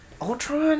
Ultron